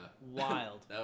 Wild